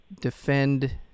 defend